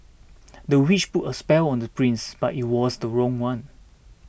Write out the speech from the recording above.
the witch put a spell on the prince but it was the wrong one